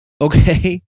okay